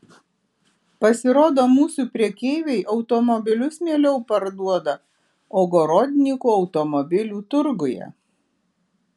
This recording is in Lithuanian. pasirodo mūsų prekeiviai automobilius mieliau parduoda ogorodnikų automobilių turguje